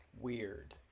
weird